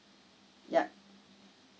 yup